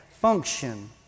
function